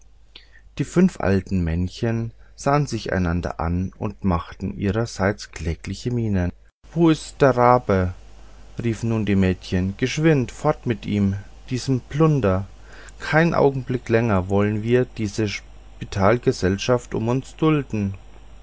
die fünf alten männchen sahen sich einander an und machten ihrerseits klägliche mienen wo ist der rabe riefen nun die mädchen geschwind fort mit diesem plunder keinen augenblick länger wollen wir diese spitalgesellschaft um uns dulden